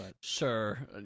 Sure